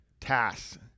tasks